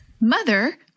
Mother